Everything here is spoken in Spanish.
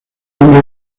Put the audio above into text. nombres